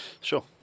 Sure